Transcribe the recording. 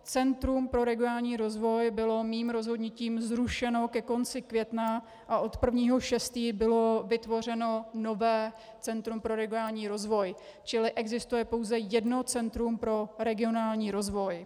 Centrum pro regionální rozvoj bylo mým rozhodnutím zrušeno ke konci května a od 1. 6. bylo vytvořeno nové centrum pro regionální rozvoj, čili existuje pouze jedno centrum pro regionální rozvoj.